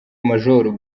major